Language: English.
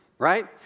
right